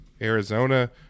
Arizona